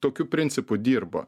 tokiu principu dirba